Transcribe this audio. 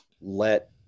let